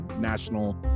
National